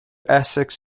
essex